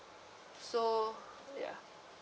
so ya